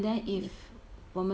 yeah